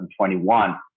2021